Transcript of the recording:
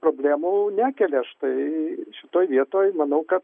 problemų nekelia štai šitoj vietoj manau kad